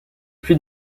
plus